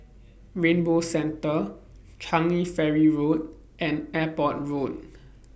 Rainbow Centre Changi Ferry Road and Airport Road